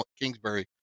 Kingsbury